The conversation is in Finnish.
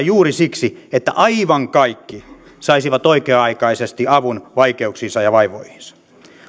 juuri siksi että aivan kaikki saisivat oikea aikaisesti avun vaikeuksiinsa ja vaivoihinsa